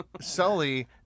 Sully